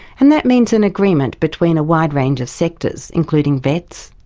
and that means an agreement between a wide range of sectors, including vets,